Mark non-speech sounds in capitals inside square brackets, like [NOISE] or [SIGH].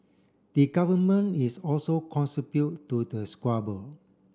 the government is also [UNINTELLIGIBLE] to the squabble